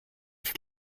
ich